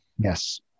Yes